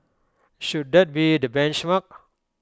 should that be the benchmark